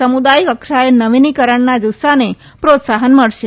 સમુદાય કક્ષાએ નવીનીકરણના જુસ્સાને પ્રોત્સાહન મળશે